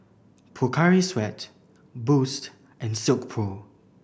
Pocari Sweat Boost and Silkpro